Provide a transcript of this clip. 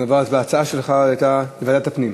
ההצעה שלך הייתה, פנים.